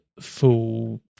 full